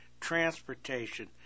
transportation